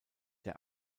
der